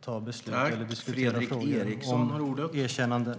fatta beslut eller diskutera frågor om erkännanden.